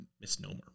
Misnomer